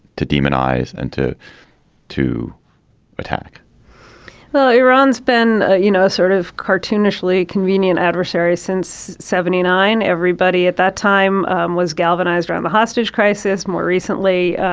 to demonize and to to attack well, iran's been, you know, sort of cartoonishly convenient adversary since seventy nine. everybody at that time um was galvanized around the hostage crisis. more recently,